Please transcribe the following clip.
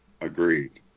agreed